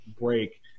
break